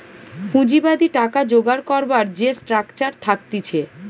পুঁজিবাদী টাকা জোগাড় করবার যে স্ট্রাকচার থাকতিছে